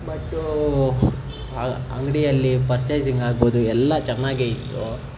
but ಆ ಅಂಗಡಿಯಲ್ಲಿ purchasing ಆಗ್ಬೋದು ಎಲ್ಲ ಚೆನ್ನಾಗೆ ಇತ್ತು